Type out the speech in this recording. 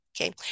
Okay